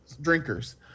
drinkers